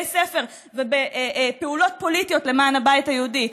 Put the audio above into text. ספר ובפעולות פוליטיות למען הבית היהודי,